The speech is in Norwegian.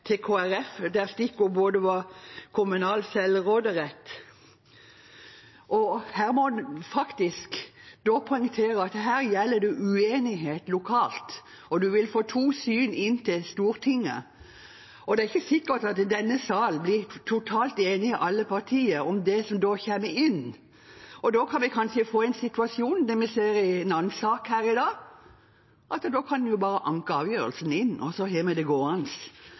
kommunal selvråderett. Her må man faktisk poengtere at det gjelder uenighet lokalt, og man vil få to syn inn til Stortinget. Det er ikke sikkert at denne sal, alle partier, blir totalt enige om det som da kommer inn, og da kan vi kanskje få en situasjon – som vi ser i en annen sak her i dag – at man bare kan anke avgjørelsen, og så har vi det gående